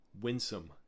winsome